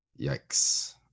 Yikes